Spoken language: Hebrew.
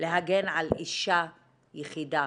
להגן על אישה יחידה,